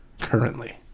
currently